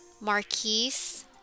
marquise